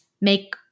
make